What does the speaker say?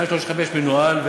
2365 מנוהל,